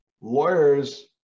lawyers